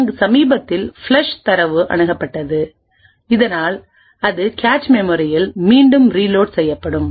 அங்கு சமீபத்தில் ஃப்ளஷ் தரவு அணுகப்பட்டது இதனால் அது கேச் மெமரியில் மீண்டும் ரீலோட் செய்யப்படும்